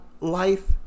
life